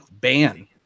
ban